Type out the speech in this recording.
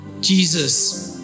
Jesus